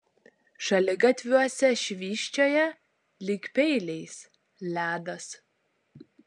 šaligatviuose švysčioja lyg peiliais ledas